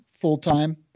full-time